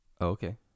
Okay